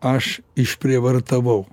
aš išprievartavau